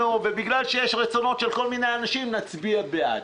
של כל מיני אנשים אנחנו נצביע בעד.